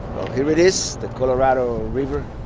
here it is, the colorado river.